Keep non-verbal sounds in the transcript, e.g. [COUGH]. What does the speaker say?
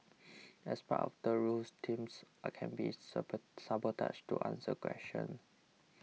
[NOISE] as part of the rules teams I can be [UNINTELLIGIBLE] sabotaged to answer questions